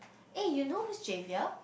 eh you know who's Javier